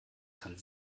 kann